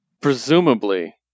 Presumably